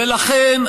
ולכן,